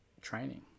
training